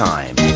Time